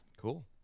Cool